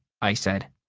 i said.